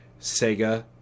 Sega